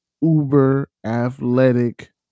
uber-athletic